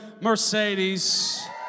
Mercedes